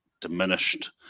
diminished